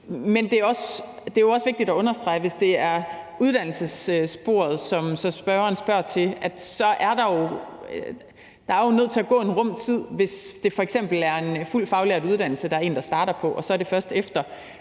Men det er også vigtigt at understrege, hvis det er uddannelsessporet, som spørgeren spørger til, at der jo er nødt til at gå en rum tid, hvis det f.eks. er en fuld faglært uddannelse, som der er en, der starter på, og så er det først efter